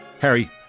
Harry